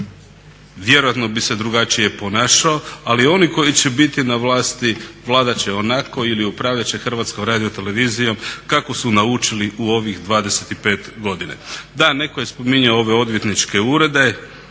vjerojatno bih se drugačije ponašao. Ali oni koji će biti na vlasti vladat će onako ili upravljat će Hrvatskom radiotelevizijom kako su naučili u ovih 25 godina. Da, netko je spominjao ove odvjetničke urede.